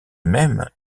même